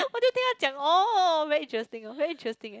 听他讲 orh very interesting very interesting eh